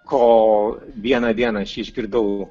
ko vieną dieną aš jį išgirdau